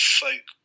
folk